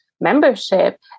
membership